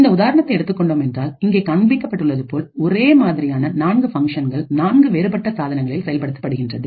இந்த உதாரணத்தை எடுத்துக் கொண்டோம் என்றால்இங்கே காண்பிக்கப்பட்டது போல் ஒரே மாதிரியான நான்கு ஃபங்ஷன்கள் நான்கு வேறுபட்ட சாதனங்களில் செயல்படுத்தப்படுகின்றது